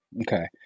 Okay